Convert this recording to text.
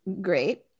great